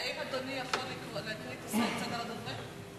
האם אדוני יכול לקרוא את סדר הדוברים?